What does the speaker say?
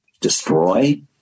destroy